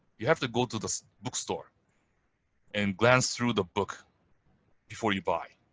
you have to go to the bookstore and glance through the book before you buy.